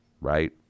Right